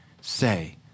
say